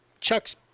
Chuck's